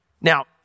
Now